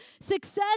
Success